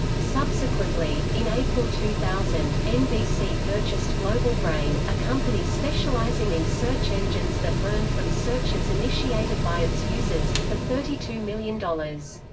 subsequently, in april two thousand, nbc purchased globalbrain, a company specializing in search engines that learned from searches initiated by its users, for thirty two million dollars.